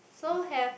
so have